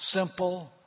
simple